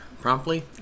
promptly